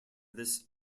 this